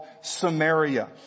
Samaria